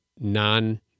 non-